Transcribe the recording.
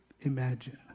imagine